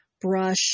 brush